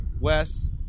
Wes